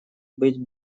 быть